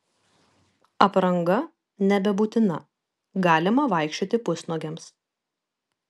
apranga nebebūtina galima vaikščioti pusnuogiams